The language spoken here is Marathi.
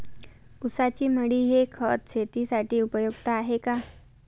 ऊसाची मळी हे खत शेतीसाठी उपयुक्त आहे का?